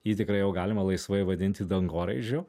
jį tikrai jau galima laisvai vadinti dangoraižiu